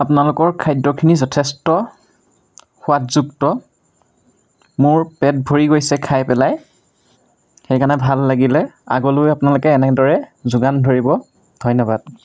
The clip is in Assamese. আপোনালোকৰ খাদ্যখিনি যথেষ্ট সোৱাদযুক্ত মোৰ পেট ভৰি গৈছে খাই পেলাই সেইকাৰণে ভাল লাগিলে আগলৈও আপোনালোকে এনেদৰে যোগান ধৰিব ধন্যবাদ